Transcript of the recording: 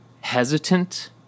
hesitant